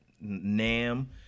NAM